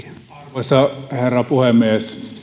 arvoisa herra puhemies